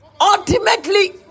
ultimately